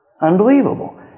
Unbelievable